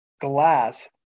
Glass